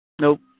Nope